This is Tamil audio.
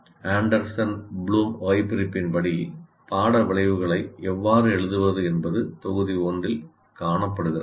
ஆண்டர்சன் ப்ளூம் வகைபிரிப்பின் படி பாட விளைவுகளை எவ்வாறு எழுதுவது என்பது தொகுதி 1 இல் காணப்படுகிறது